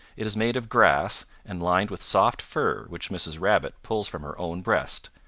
it is made of grass and lined with soft fur which mrs. rabbit pulls from her own breast,